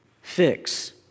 fix